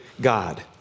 God